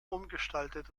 umgestaltet